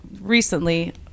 recently